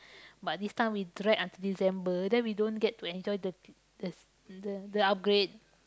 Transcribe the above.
but this time we drag until December then we don't get to enjoy the the the the upgrade